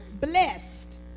blessed